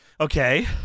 okay